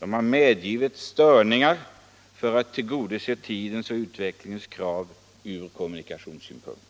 och också medgivit störningar för att tillgodose tidens och utvecklingens krav från kommunikationssynpunkt.